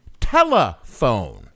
telephone